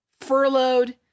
furloughed